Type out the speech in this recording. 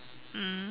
mm